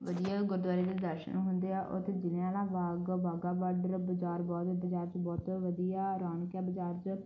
ਵਧੀਆ ਗੁਰਦੁਆਰੇ ਦੇ ਦਰਸ਼ਨ ਹੁੰਦੇ ਆ ਉੱਥੇ ਜਲ੍ਹਿਆਂਵਾਲਾ ਬਾਗ ਆ ਵਾਹਗਾ ਬਾਰਡਰ ਬਜ਼ਾਰ ਬਹੁਤ ਬਾਜ਼ਾਰ 'ਚ ਬਹੁਤ ਵਧੀਆ ਰੌਣਕ ਆ ਬਜ਼ਾਰ 'ਚ